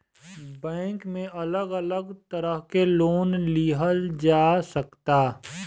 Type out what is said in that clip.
bank में अलग अलग तरह के लोन लिहल जा सकता